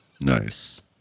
nice